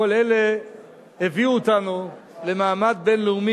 כל אלה הביאו אותנו למעמד בין-לאומי